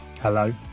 Hello